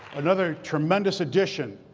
another tremendous addition